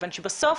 כאן.